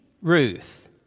Ruth